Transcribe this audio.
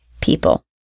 people